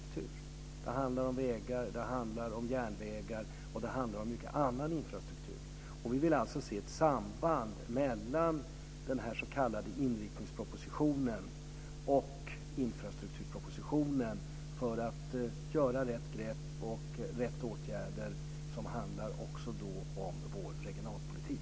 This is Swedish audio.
Det handlar om vägar, det handlar om järnvägar och det handlar om mycket annan infrastruktur. Vi vill alltså se ett samband mellan den s.k. inriktningspropositionen och infrastrukturpropositionen för att ta rätt grepp och vidta rätt åtgärder också när det handlar om vår regionalpolitik.